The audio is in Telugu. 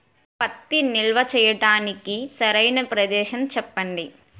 పత్తి నిల్వ చేయటానికి సరైన ప్రదేశం చెప్పండి?